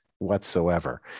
whatsoever